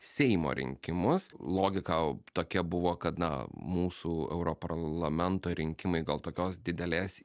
seimo rinkimus logika tokia buvo kad na mūsų europarlamento rinkimai gal tokios didelės